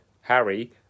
Harry